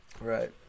Right